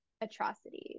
atrocities